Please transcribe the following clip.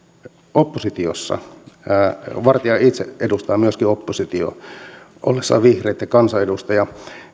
oppositiossa vartia itse edustaa myöskin oppositiota ollessaan vihreitten kansanedustaja